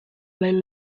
mill